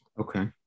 Okay